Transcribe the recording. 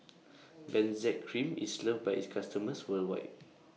Benzac Cream IS loved By its customers worldwide